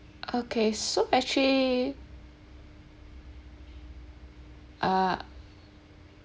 okay so actually uh